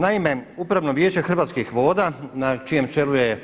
Naime, upravno vijeće Hrvatskih voda na čijem čelu je